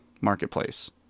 marketplace